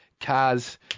Cars